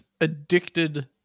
addicted